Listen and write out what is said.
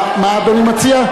מה אדוני מציע?